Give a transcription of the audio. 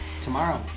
tomorrow